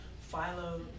philo